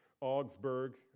Augsburg